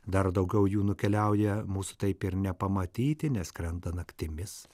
dar daugiau jų nukeliauja mūsų taip ir nepamatyti nes skrenda naktimis